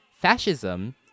Fascism